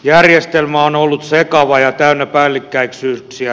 järjestelmä on ollut sekava ja täynnä päällekkäisyyksiä